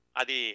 adi